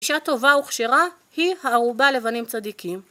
אישה טובה וכשרה היא הערובה לבנים צדיקים